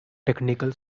technical